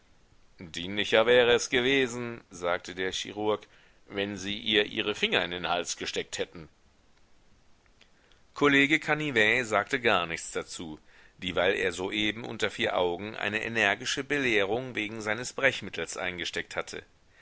dienlicher wäre es gewesen sagte der chirurg wenn sie ihr ihre finger in den hals gesteckt hätten kollege canivet sagte gar nichts dazu dieweil er soeben unter vier augen eine energische belehrung wegen seines brechmittels eingesteckt hatte